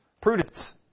Prudence